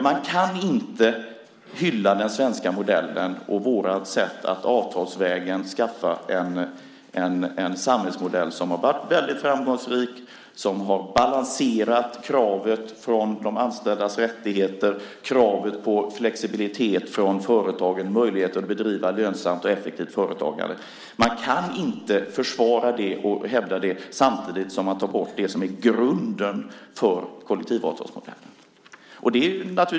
Man kan inte hylla den svenska modellen och vårt sätt att avtalsvägen skaffa en samhällsmodell som har varit väldigt framgångsrik, som har balanserat kravet från de anställdas rättigheter och kravet på flexibilitet från företagen samt möjligheten att bedriva effektivt och lönsamt företagande. Man kan inte försvara det och hävda det samtidigt som man tar bort det som är grunden för kollektivavtalsmodellen.